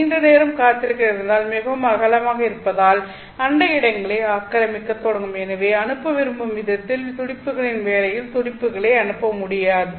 நீண்ட நேரம் காத்திருக்க நேர்ந்தால் மிகவும் அகலமாக இருப்பதால் அண்டை இடங்களை ஆக்கிரமிக்கத் தொடங்கும் எனவே அனுப்ப விரும்பும் விகிதத்தில் துடிப்புகளின் வேளையில் துடிப்புகளை அனுப்ப முடியாது